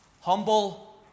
humble